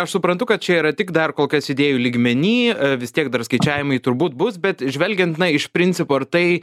aš suprantu kad čia yra tik dar kol kas idėjų lygmeny vis tiek dar skaičiavimai turbūt bus bet žvelgiant iš principo ar tai